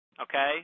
okay